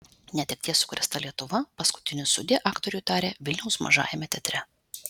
netekties sukrėsta lietuva paskutinį sudie aktoriui tarė vilniaus mažajame teatre